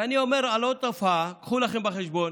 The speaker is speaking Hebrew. ואני אומר על עוד תופעה: קחו לכם בחשבון,